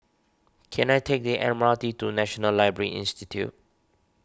can I take the M R T to National Library Institute